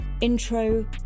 Intro